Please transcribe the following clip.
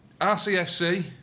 RCFC